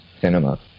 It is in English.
cinema